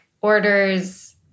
orders